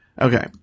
Okay